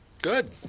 Good